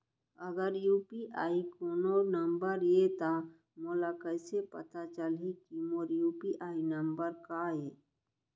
अगर यू.पी.आई कोनो नंबर ये त मोला कइसे पता चलही कि मोर यू.पी.आई नंबर का ये?